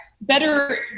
better